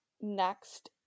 next